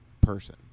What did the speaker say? person